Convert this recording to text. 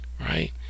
right